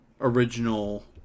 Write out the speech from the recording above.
original